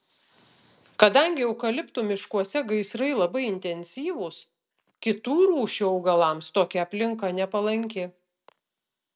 kadangi eukaliptų miškuose gaisrai labai intensyvūs kitų rūšių augalams tokia aplinka nepalanki